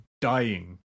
dying